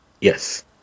Yes